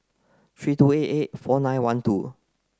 three two eight eight four nine one two